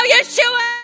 Yeshua